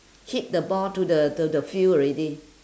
hit the ball to the to the field already